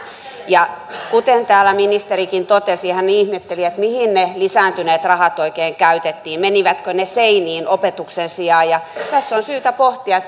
kuten täällä ministerikin totesi ja ihmetteli mihin ne lisääntyneet rahat oikein käytettiin menivätkö ne seiniin opetuksen sijaan niin tässä on syytä pohtia